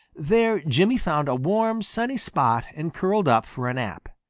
there jimmy found a warm, sunny spot and curled up for a nap.